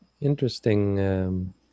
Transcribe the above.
interesting